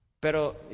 Pero